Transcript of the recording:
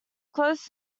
close